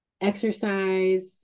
exercise